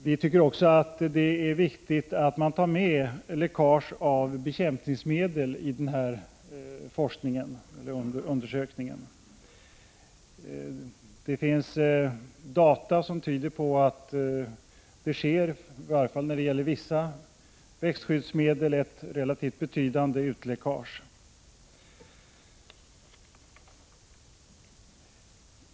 Vi tycker också att det är viktigt att man tar med läckage av bekämpningsmedel i denna undersökning. Det finns data som tyder på att det, i varje fall när det gäller vissa växtskyddsmedel, sker ett relativt betydande utläckage.